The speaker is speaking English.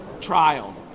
trial